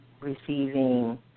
receiving